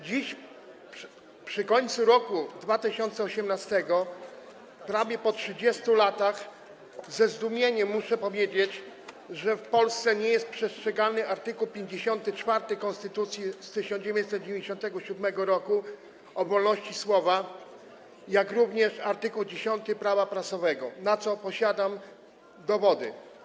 Dziś, przy końcu roku 2018, prawie po 30 latach ze zdumieniem muszę powiedzieć, że w Polsce nie jest przestrzegany ani art. 54 konstytucji z 1997 r. o wolności słowa ani art. 10 Prawa prasowego, na co posiadam dowody.